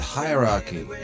hierarchy